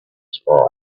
spider